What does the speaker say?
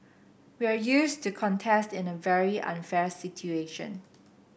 we are used to contest in a very unfair situation